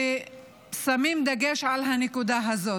ששמים דגש על הנקודה הזאת.